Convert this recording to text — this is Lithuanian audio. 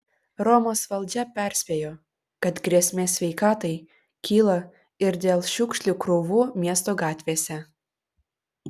romos valdžia perspėjo kad grėsmė sveikatai kyla ir dėl šiukšlių krūvų miesto gatvėse